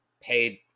paid